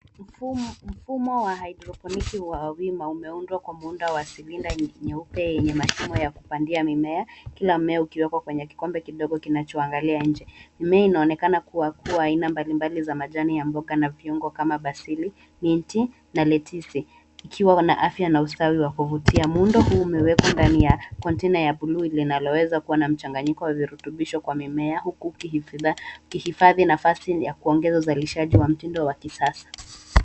Mfumo wa hydroponiki wa wima umeundwa kwa muundo wa silinda nyeupe yenye mashimo ya kupandia mimea kila mmea ukiwekwa kwenye kikombe kidogo kinachoangalia nje. Mimea inaonekana kuwa kuwa aina mbalimbali za majani ya mboga na viungo kama basili, minti na letisi ukiwa na afya na ustawi wa kuvutia. Muundo huu umewekwa ndani ya container ya buluu linalowekwa mchanganyiko wa virutubisho kwa mimea huku ukihifadhi nafasi ya kuongeza uzalishaji wa mtindo wa kisasa.